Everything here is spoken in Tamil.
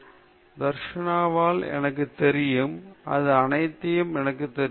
மின்சாரம் நாங்கள் Q1 க்கு Q1 ஐ உற்சாகப்படுத்தி பரிசோதனையொன்றினை அளித்தோம்